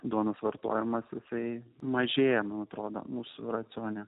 duonos vartojimas jisai mažėja man atrodo mūsų racione